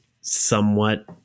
somewhat